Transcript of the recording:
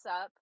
up